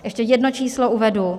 Ještě jedno číslo uvedu.